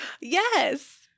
Yes